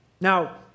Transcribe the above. Now